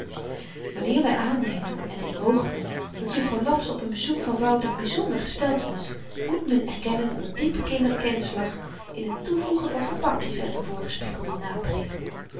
wanneer wy aannemen en dit mogen we dat juffrouw laps op n bezoek van wouter byzonder gesteld was moet men erkennen dat er diepe kinderkennis lag in het toevoegen van gebakjes aan de voorgespiegelde napreek